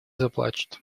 заплачет